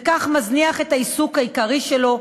וכך מזניח את העיסוק העיקרי שלו.